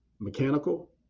mechanical